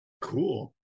Cool